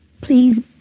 please